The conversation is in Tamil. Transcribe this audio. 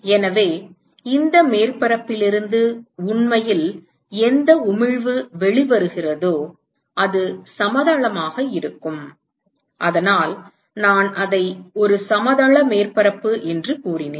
எனவே இந்த மேற்பரப்பில் இருந்து உண்மையில் எந்த உமிழ்வு வெளிவருகிறதோ அது சமதளமாக இருக்கும் அதனால் நான் அதை ஒரு சமதள மேற்பரப்பு என்று கூறினேன்